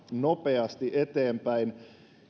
nopeasti eteenpäin